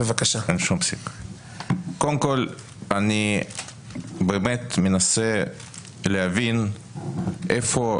קודם כול, אני באמת מנסה להבין איפה